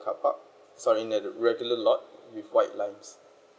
carpark sorry in a regular lot with white lines